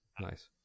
Nice